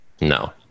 no